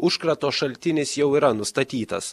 užkrato šaltinis jau yra nustatytas